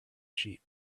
sheep